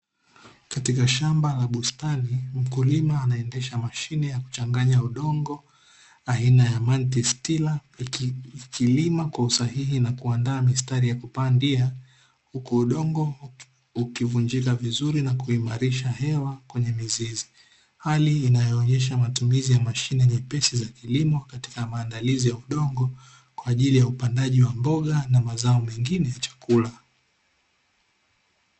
Katika shamba la bustani, mkulima anaendesha mashine ya kuchanganya udongo aina ya "Mantis Tila" ikilima kwa usahihi na kuandaa mistari ya kupandia, huku udongo ukivunjika vizuri na kuimarisha hewa kwenye mizizi. Hali inayoonesha matumizi ya mashine nyepesi za kilimo katika maandilizi ya udongo kwaajili ya upandaji wa mboga na mazao mengine ya chakula.